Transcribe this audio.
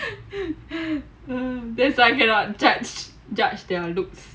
that's why I cannot judge their looks